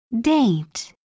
Date